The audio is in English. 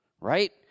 right